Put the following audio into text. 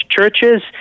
churches